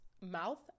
mouth